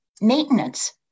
maintenance